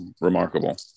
remarkable